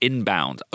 Inbound